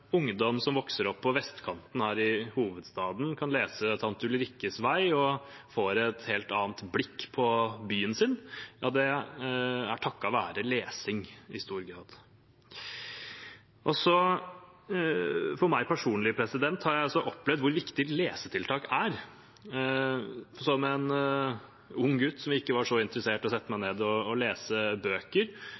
ungdom som vokser opp på vestkanten her i hovedstaden, kan lese Tante Ulrikkes vei og få et helt annet blikk på byen sin. Det er takket være lesing, i stor grad. Jeg personlig har også opplevd hvor viktig lesetiltak er. Som en ung gutt som ikke var så interessert i å sette seg ned og lese bøker,